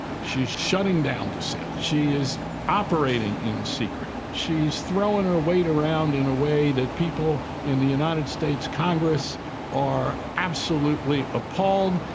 she's shutting down dissent. she is operating in secret. she's throwing her weight around in a way that people in the united states congress are absolutely appalled